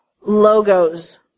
logos